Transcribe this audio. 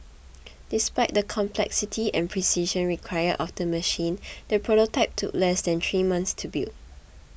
despite the complexity and precision required of the machine the prototype took less than three months to build